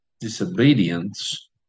disobedience